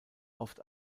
oft